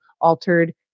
altered